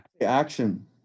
Action